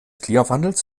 klimawandels